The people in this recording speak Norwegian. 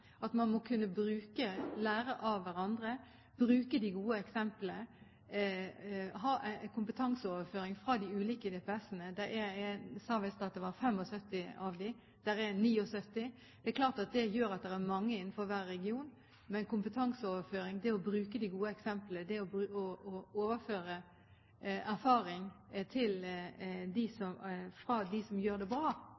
at man må kunne lære av hverandre, bruke de gode eksemplene, ha kompetanseoverføring fra de ulike DPS-ene. Jeg sa visst at det er 75 av dem – det er 79. Det er klart at da er det mange innenfor hver region. Kompetanseoverføring, det å bruke de gode eksemplene, det å overføre erfaring fra dem som gjør det bra, til